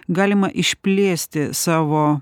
galima išplėsti savo